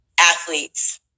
athletes